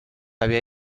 había